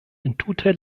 entute